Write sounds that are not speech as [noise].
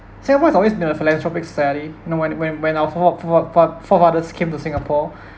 singapore has always been a philanthropic society no when it when when our fore~ fore~ fore~ forefathers came to singapore [breath]